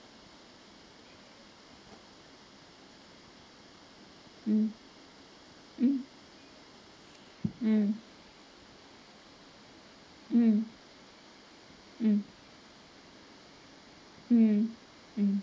mm mm mm mm mm mm mm